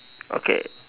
okay